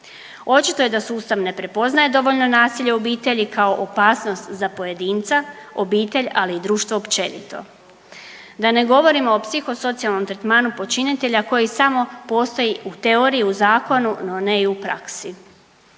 Očito je da sustav ne prepoznaje dovoljno nasilje u obitelji kao opasnost za pojedinca, obitelj, ali i društvo općenito, da ne govorimo o psihosocijalnom tretmanu počinitelja koji samo postoji u teoriji, u zakonu, no ne i u praksi.